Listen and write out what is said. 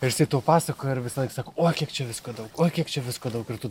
ir jisai tau pasakoja ir visąlaik sako oi kiek čia visko daug oi kiek čia visko daug ir tu